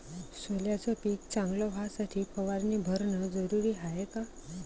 सोल्याचं पिक चांगलं व्हासाठी फवारणी भरनं जरुरी हाये का?